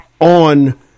on